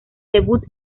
debut